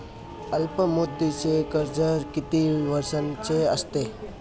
अल्पमुदतीचे कर्ज किती वर्षांचे असते?